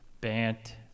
Bant